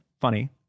funny